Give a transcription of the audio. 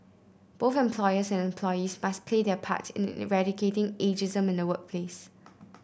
both employers and employees must play their part in eradicating ageism in the workplace